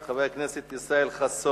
חברת הכנסת ציפי חוטובלי שאלה את שר הביטחון